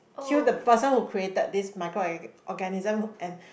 kill the person who created this micro orga~ organism and